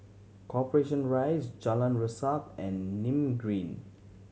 Corporation Rise Jalan Resak and Nim Green